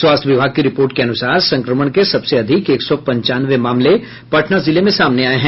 स्वास्थ्य विभाग की रिपोर्ट के अनुसार संक्रमण के सबसे अधिक एक सौ पंचानवे मामले पटना जिले में सामने आये हैं